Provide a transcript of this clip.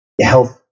health